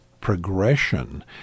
progression